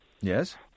Yes